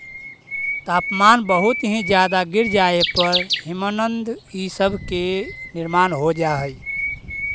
तापमान बहुत ही ज्यादा गिर जाए पर हिमनद इ सब के निर्माण हो जा हई